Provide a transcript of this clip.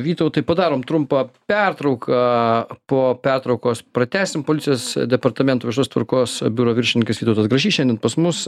vytautai padarom trumpą pertrauką po pertraukos pratęsim policijos departamento viešos tvarkos biuro viršininkas vytautas grašys šiandien pas mus